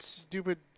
stupid